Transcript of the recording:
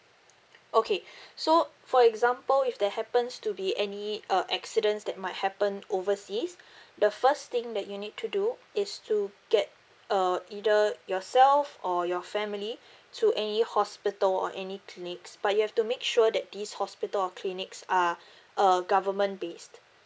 okay so for example if there happens to be any uh accidents that might happen overseas the first thing that you need to do is to get uh either yourself or your family to any hospital or any clinics but you have to make sure that this hospital or clinics are a government based